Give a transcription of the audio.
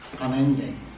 unending